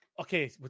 Okay